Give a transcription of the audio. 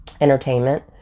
entertainment